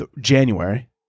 January